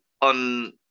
on